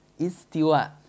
Istiwa